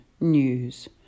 News